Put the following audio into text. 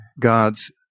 God's